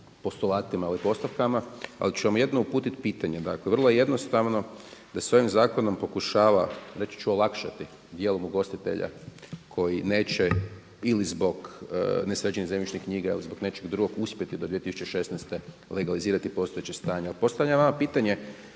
postulatima, ovaj, postavkama, ali ću vam jedno uputiti pitanje. Dakle, vrlo je jednostavno da se ovim zakonom pokušava reći ću olakšati dijelom ugostitelja koji neće ili zbog nesređenih zemljišnih knjiga ili zbog nečeg drugog uspjeti do 2016. godine legalizirati postojeće stanje. Postavljam ja vama pitanje,